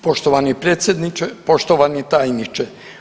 Poštovani predsjedniče, poštovani tajniče.